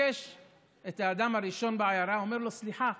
פוגש את האדם הראשון בעיירה, אומר לו: סליחה,